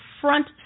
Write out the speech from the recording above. front